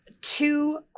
two